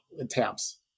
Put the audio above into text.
attempts